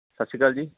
ਸਤਿ ਸ਼੍ਰੀ ਅਕਾਲ ਜੀ